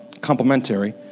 complementary